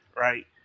right